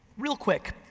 real quick,